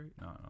no